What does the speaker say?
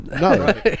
no